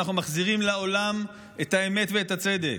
אנחנו מחזירים לעולם את האמת ואת הצדק,